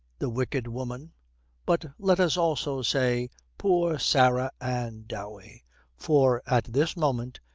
the wicked woman but let us also say poor sarah ann dowey for at this moment,